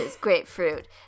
Grapefruit